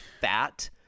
fat